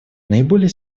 наиболее